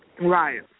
Right